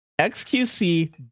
xqc